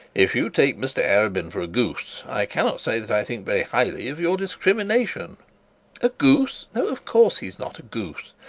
if you take mr arabin for a goose, i cannot say that i think very highly of your discrimination a goose! no of course, he's not a goose.